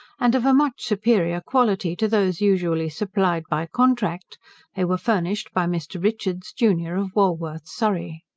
and of a much superior quality to those usually supplied by contract they were furnished by mr. richards, junior, of walworth, surrey.